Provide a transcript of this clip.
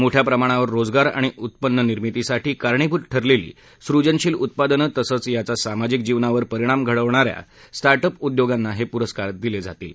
मोठ्या प्रमाणावर रोजगार आणि उत्पन्न निर्मितीसाठी कारणीभूत ठरलेली सृजनशील उत्पादनं तसंच याचा सामाजिक जीवनावर परिणाम घडवणा या स्टार्ट अप उद्योगांना हे पुरस्कार दिले जातील